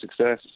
success